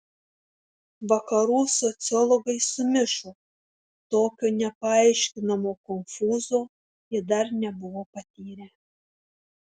vakarų sociologai sumišo tokio nepaaiškinamo konfūzo jie dar nebuvo patyrę